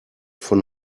von